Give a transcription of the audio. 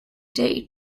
day